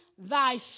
Thy